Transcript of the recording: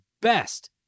best